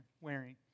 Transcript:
wearing